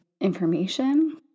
information